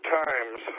times